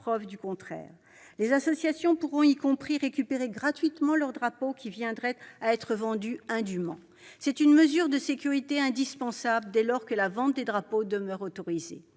preuve du contraire. Les associations pourront récupérer gratuitement leurs drapeaux qui viendraient à être vendus indûment. C'est une mesure de sécurité indispensable dès lors que la vente des drapeaux demeure autorisée.